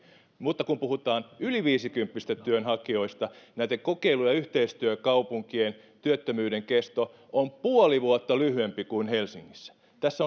mutta kun puhutaan yli viisikymppisistä työnhakijoista näitten kokeilu ja yhteistyökaupunkien työttömyyden kesto on jopa puoli vuotta lyhyempi kuin helsingissä tässä